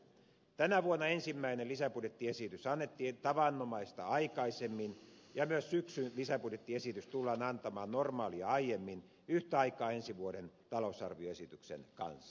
tänä vuonna ensimmäinen lisäbudjettiesitys annettiin tavanomaista aikaisemmin ja myös syksyn lisäbudjettiesitys tullaan antamaan normaalia aiemmin yhtä aikaa ensi vuoden talousarvioesityksen kanssa